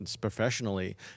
professionally